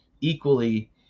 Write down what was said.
equally